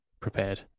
prepared